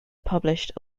published